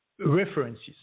references